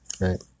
Right